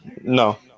No